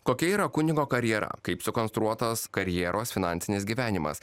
kokia yra kunigo karjera kaip sukonstruotas karjeros finansinis gyvenimas